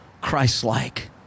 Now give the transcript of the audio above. Christ-like